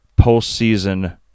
postseason